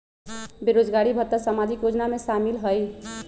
बेरोजगारी भत्ता सामाजिक योजना में शामिल ह ई?